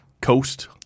Coast